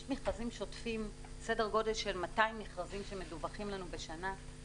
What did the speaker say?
יש כ-200 מכרזים שוטפים שמדווחים לנו בשנה,